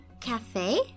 cafe